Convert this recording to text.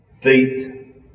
feet